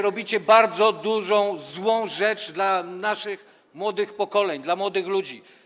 Robicie bardzo złą rzecz dla naszych młodych pokoleń, dla młodych ludzi.